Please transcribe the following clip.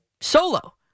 solo